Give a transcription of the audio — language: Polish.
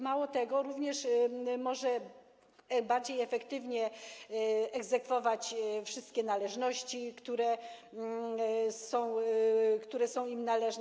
Mało tego, również może bardziej efektywnie egzekwować wszystkie należności, które są mu należne.